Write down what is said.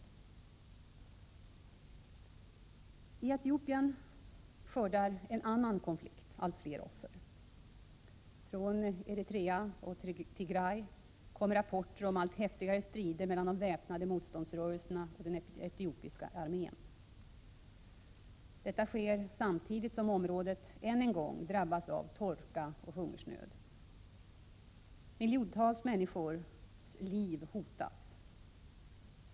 I Etiopien skördar en annan konflikt allt fler offer. Från Eritrea och Tigray kommer rapporter om allt häftigare strider mellan de väpnade motståndsrörelserna och den etiopiska armén. Detta sker samtidigt som området än en gång drabbas av torka och hungersnöd. Miljontals människors liv hotas.